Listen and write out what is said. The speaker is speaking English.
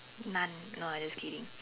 none no I just kidding